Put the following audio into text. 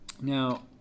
Now